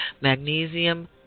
magnesium